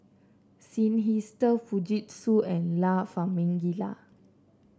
Seinheiser Fujitsu and La Famiglia